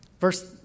Verse